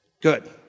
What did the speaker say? Good